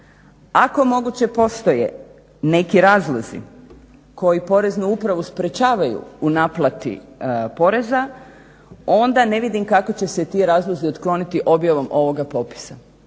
Ako moguće postoje neki razlozi koji poreznu upravu sprečavaju u naplati poreza onda ne vidim kako će se ti razlozi otkloniti objavom ovoga popisa.